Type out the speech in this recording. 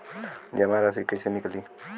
जमा राशि कइसे निकली?